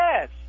Yes